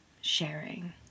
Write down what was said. sharing